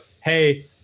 hey